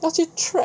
要去 track